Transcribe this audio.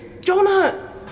Jonah